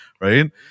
right